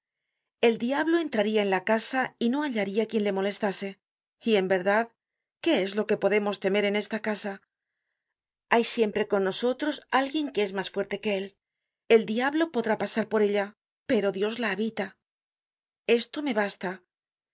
el diablo entraria en la casa y no hallaria quien le molestase y en verdad qué es lo que podemos temer en esta casa hay siempre con nosotros alguien que es mas fuerte que él el diablo podrá pasar por ella pero dios la habita esto me basta mi